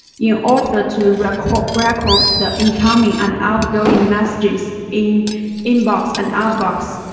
in order to record record the incoming and outgoing messages in inbox and outbox,